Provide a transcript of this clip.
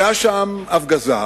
היתה שם הפגזה,